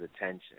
attention